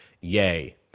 yay